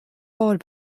far